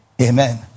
Amen